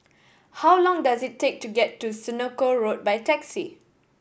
how long does it take to get to Senoko Road by taxi